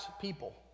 people